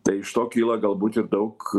tai iš to kyla galbūt ir daug